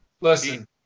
Listen